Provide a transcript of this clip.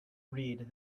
read